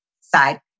side